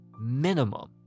minimum